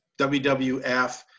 WWF